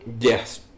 yes